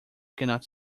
cannot